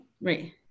Right